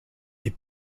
est